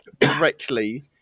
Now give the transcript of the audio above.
correctly